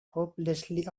hopelessly